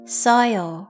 soil